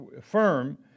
firm